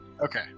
Okay